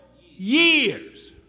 years